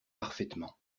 parfaitement